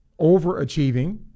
overachieving